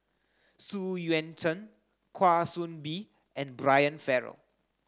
Xu Yuan Zhen Kwa Soon Bee and Brian Farrell